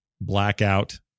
Blackout